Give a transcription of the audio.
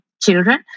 children